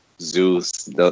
Zeus